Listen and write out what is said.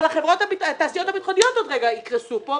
אבל התעשיות הביטחוניות עוד רגע יקרסו פה,